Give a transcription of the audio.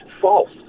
false